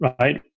right